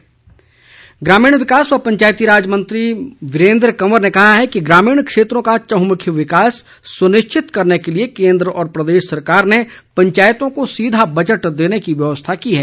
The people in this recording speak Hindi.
वीरेंद्र कंवर ग्रामीण विकास व पंचायती राज मंत्री वीरेंद्र कंवर ने कहा है कि ग्रामीण क्षेत्रों का चंहुमुखी विकास सुनिश्चित करने के लिए केंद्र व प्रदेश सरकार ने पंचायतों को सीधा बजट देने की व्यवस्था की है